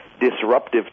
disruptive